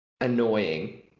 annoying